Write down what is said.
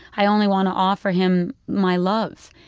i only want to offer him my love.